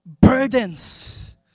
burdens